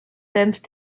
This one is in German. dämpft